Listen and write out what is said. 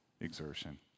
exertion